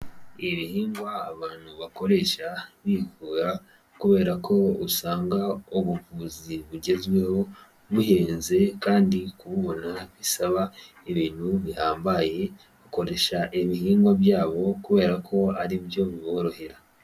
Ibihingwa abantu bakoresha bivura kubera ko usanga ubuvuzi bugezweho buhenze kandi kububona bisaba ibintu bihambaye, bakoresha ibihingwa byabo kubera ko ari byo biborohera.